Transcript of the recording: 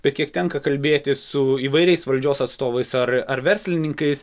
bet kiek tenka kalbėtis su įvairiais valdžios atstovais ar ar verslininkais